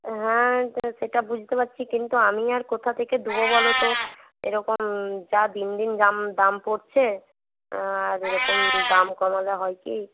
হ্যাঁ সেটা বুঝতে পারছি কিন্তু আমি আর কোথা থেকে দেবো বলো তো এরকম যা দিন দিন দাম পড়ছে আর এরকম দাম কমালে হয় কী